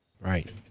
Right